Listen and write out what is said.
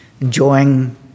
enjoying